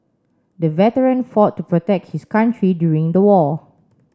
the veteran fought to protect his country during the war